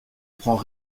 prend